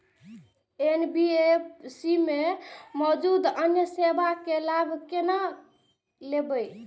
NBFC में मौजूद अन्य सेवा के लाभ केना लैब?